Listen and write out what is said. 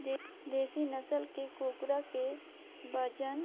देसी नसल के कुकरा के बजन